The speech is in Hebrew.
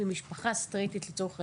למשפחה סטרייטית לצורך העניין,